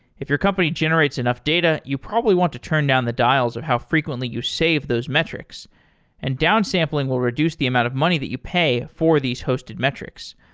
if your company generates enough data, you probably want to turn down the dials of how frequently you save those metrics and down sampling will reduce the amount of money that you pay for these hosted metrics.